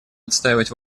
отстаивать